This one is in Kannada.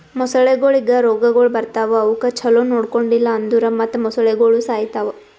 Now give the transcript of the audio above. ಮೊಸಳೆಗೊಳಿಗ್ ರೋಗಗೊಳ್ ಬರ್ತಾವ್ ಅವುಕ್ ಛಲೋ ನೊಡ್ಕೊಂಡಿಲ್ ಅಂದುರ್ ಮತ್ತ್ ಮೊಸಳೆಗೋಳು ಸಾಯಿತಾವ್